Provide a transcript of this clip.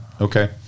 Okay